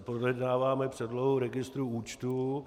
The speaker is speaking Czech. Projednáváme předlohu registrů účtů.